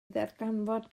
ddarganfod